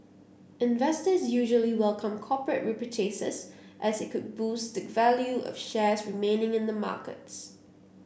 investors usually welcome corporate repurchases as it could boost the value of shares remaining in the markets